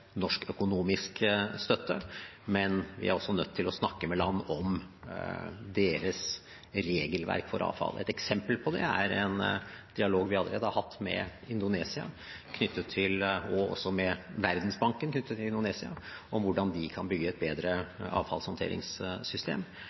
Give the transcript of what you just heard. norsk økonomisk støtte, men vi er også nødt til å snakke med land om deres regelverk for avfall. Et eksempel på det er en dialog vi allerede har hatt med Indonesia – og også med Verdensbanken knyttet til Indonesia – om hvordan de kan bygge et bedre avfallshåndteringssystem,